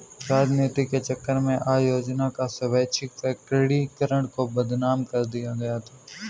राजनीति के चक्कर में आय योजना का स्वैच्छिक प्रकटीकरण को बदनाम कर दिया गया था